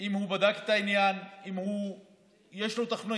אם הוא בדק את העניין, אם יש לו תוכנית